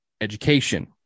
education